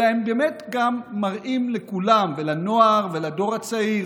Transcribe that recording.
אלא הם באמת מראים לכולם ולנוער ולדור הצעיר